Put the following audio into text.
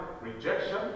rejection